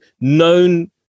known